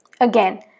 Again